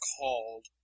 called